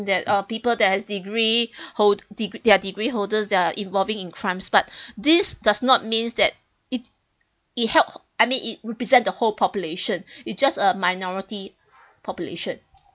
that uh people that has degree hold de~ they are degree holders they are involving in crimes but this does not mean that it it help I mean it represent the whole population it just a minority population